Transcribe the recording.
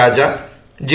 Raja J